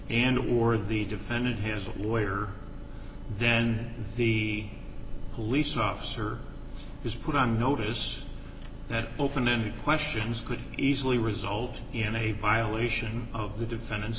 and or the defendant has a lawyer then he police officer was put on notice that open ended questions could easily result in a vial mission of the defendant's